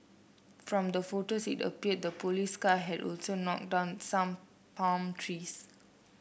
from the photos it appeared the police car had also knocked down some palm trees